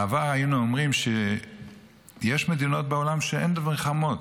בעבר היינו אומרים שיש מדינות בעולם שאין בהן מלחמות,